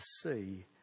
see